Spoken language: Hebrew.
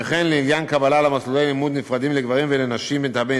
וכן לעניין קבלה למסלולי לימוד נפרדים לגברים ולנשים מטעמי